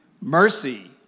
mercy